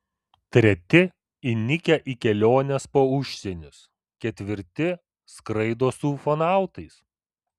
treti įnikę į keliones po užsienius ketvirti skraido su ufonautais